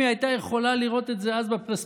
אם היא הייתה יכולה לראות את זה אז בפרספקטיבה